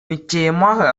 நிச்சயமாக